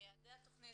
מיעדי התכנית,